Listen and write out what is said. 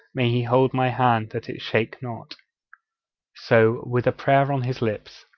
may he hold my hand that it shake not so, with a prayer on his lips,